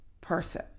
person